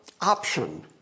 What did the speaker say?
option